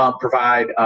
provide